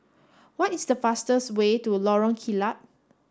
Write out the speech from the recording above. what is the fastest way to Lorong Kilat